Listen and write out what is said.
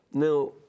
Now